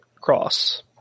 cross